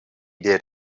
did